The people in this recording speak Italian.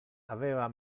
aveva